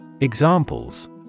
Examples